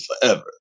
forever